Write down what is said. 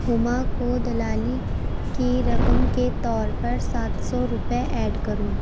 ہما کو دلالی کی رقم کے طور پر سات سو روپئے ایڈ کرو